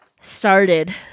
started